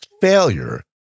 failure